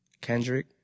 Kendrick